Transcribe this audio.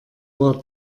war